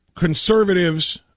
conservatives